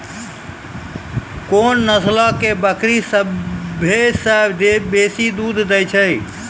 कोन नस्लो के बकरी सभ्भे से बेसी दूध दै छै?